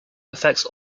affects